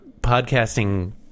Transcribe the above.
podcasting